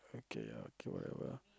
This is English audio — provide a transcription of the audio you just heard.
okay okay whatever